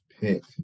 pick